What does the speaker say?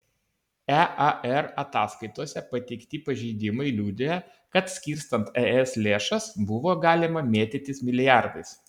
ear ataskaitose pateikti pažeidimai liudija kad skirstant es lėšas buvo galima mėtytis milijardais